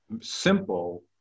simple